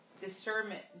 discernment